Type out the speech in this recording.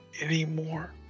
anymore